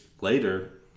later